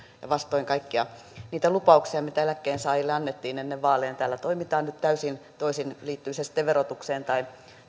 ja vastoin kaikkia niitä lupauksia mitä eläkkeensaajille annettiin ennen vaaleja täällä toimitaan nyt täysin toisin liittyy se sitten verotukseen tai